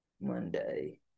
Monday